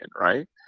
right